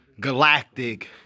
galactic